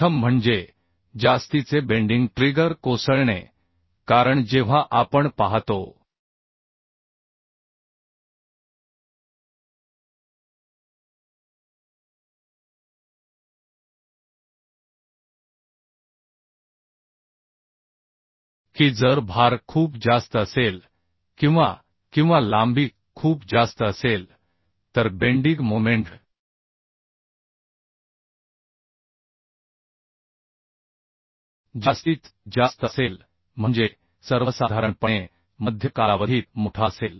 प्रथम म्हणजे जास्तीचे वाकणे ट्रिगर कोसळणे कारण जेव्हा आपण पाहतो की जर भार खूप जास्त असेल किंवा किंवा लांबी खूप जास्त असेल तर बेंडीग मोमेंट जास्तीत जास्त असेल म्हणजे सर्वसाधारणपणे मध्य कालावधीत मोठा असेल